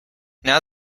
now